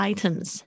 Items